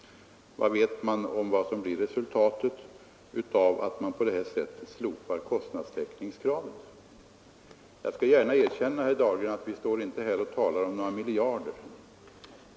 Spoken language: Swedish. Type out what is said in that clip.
Vet han vilket resultat det blir när man på detta sätt slopar kostnadstäckningskravet? Jag skall gärna erkänna, herr Dahlgren, att vi här inte talar om några miljarder.